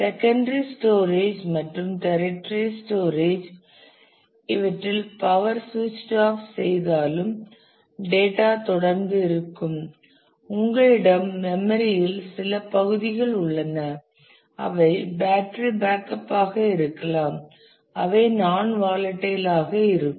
secondary storage மற்றும் tertiary storage இவற்றில் power ஸ்விச்சிடு ஆப் செய்தாலும் டேட்டா தொடர்ந்து இருக்கும் உங்களிடம் மெம்மரி இல் சில பகுதிகள் உள்ளன அவை பேட்டரி பேக்கப் ஆக இருக்கலாம் அவை நாண் வாலடைல் ஆக இருக்கும்